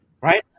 Right